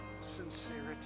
sincerity